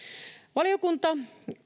valiokunta